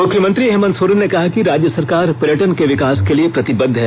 मुख्यमंत्री हेमन्त सोरेन ने कहा है कि राज्य सरकार पर्यटन के विकास के लिए प्रतिबद्ध है